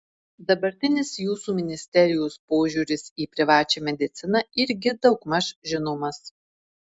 dabartinis jūsų ministerijos požiūris į privačią mediciną irgi daugmaž žinomas